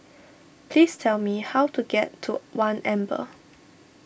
please tell me how to get to one Amber